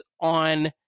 on